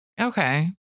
Okay